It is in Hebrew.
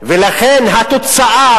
לכן התוצאה,